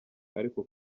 ariko